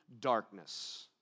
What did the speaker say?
darkness